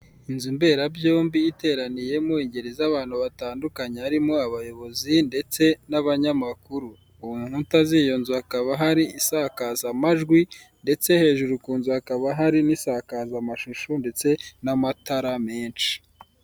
Inzu mberabyombi iteraniyemo ingeri z'abantu batandukanye harimo abayobozi ndetse n'abanyamakuru. Ku nkuta z'iyo nzu hakaba hari insakazamajwi ndetse hejruru ku nzu hakaba hari n'insakazamashusho ndetse n'amatara menshi.